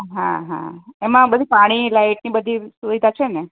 હાં હાં એમાં બધી પાણી લાઇટની બધી સુવિધા છે ને